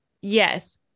Yes